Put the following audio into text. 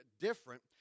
different